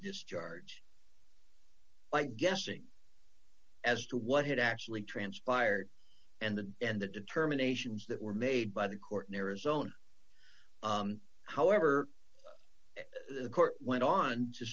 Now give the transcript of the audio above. discharge by guessing as to what had actually transpired and the and the determinations that were made by the court in arizona however the court went on to